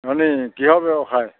হয় নি কিহৰ ব্যৱসায়